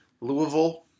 Louisville